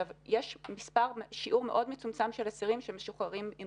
יש שיעור מאוד מצומצם של אסירים שמשוחררים עם